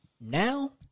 Now